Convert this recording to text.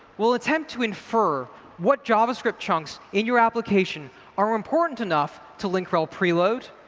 will attempt to infer what javascript chunks in your application are important enough to link rel preload,